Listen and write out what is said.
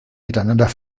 miteinander